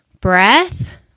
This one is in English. breath